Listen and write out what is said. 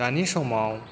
दानि समाव